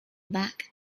back